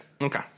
Okay